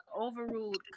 overruled